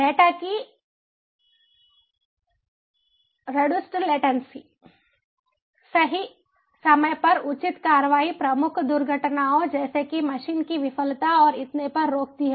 data की reduced latency सही समय पर उचित कार्रवाई प्रमुख दुर्घटनाओं जैसे कि मशीन की विफलता और इतने पर रोकती है